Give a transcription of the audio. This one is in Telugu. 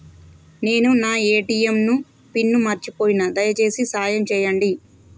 నేను నా ఏ.టీ.ఎం పిన్ను మర్చిపోయిన, దయచేసి సాయం చేయండి